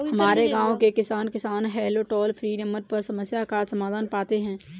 हमारे गांव के किसान, किसान हेल्प टोल फ्री नंबर पर समस्या का समाधान पाते हैं